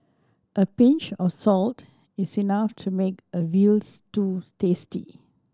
a pinch of salt is enough to make a veal stews tasty